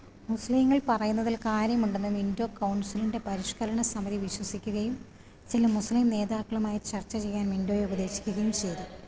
മുസ്ലീങ്ങൾ പറയുന്നതില് കാര്യമുണ്ടെന്ന് മിൻ്റോ കൗൺസിലിന്റെ പരിഷ്കരണ സമിതി വിശ്വസിക്കുകയും ചില മുസ്ലിം നേതാക്കളുമായി ചർച്ച ചെയ്യാൻ മിൻ്റോയെ ഉപദേശിക്കുകയും ചെയ്തു